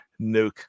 Nuke